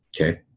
Okay